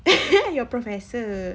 your professor